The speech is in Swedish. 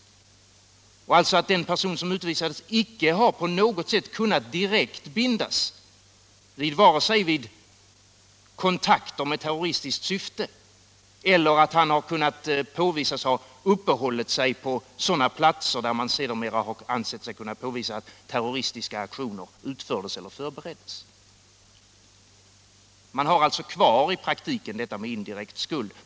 Den utvisade personen har alltså icke på något sätt kunnat direkt bindas vid kontakter med terroristiskt syfte, och det har heller icke kunnat påvisas att han uppehållit sig på sådana platser där man sedermera ansett sig kunna konstatera att aktioner utförts eller förberetts. Man har alltså kvar detta med indirekt skuld.